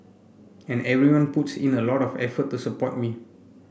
and everyone puts in a lot of effort to support me